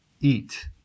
eat